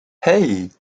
hey